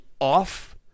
off